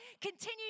continue